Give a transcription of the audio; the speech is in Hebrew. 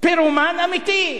פירומן אמיתי,